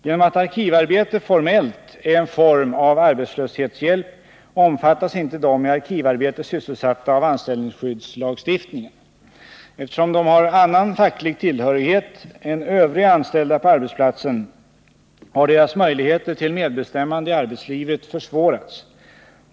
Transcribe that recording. Genom att arkivarbete formellt är en form av arbetslöshetshjälp omfattas inte de i arkivarbete sysselsatta av anställningsskyddslagstiftningen. Eftersom de har annan facklig tillhörighet än övriga anställda på arbetsplatsen har deras möjligheter till medbestämmande i arbetslivet försvårats.